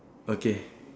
okay